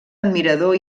admirador